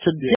today